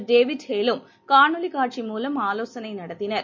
David ஹேலும் காணொளிகாட்சி மூலம் ஆலோசனைநடத்தினர்